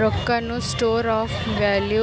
ರೊಕ್ಕಾನು store of value